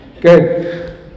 Good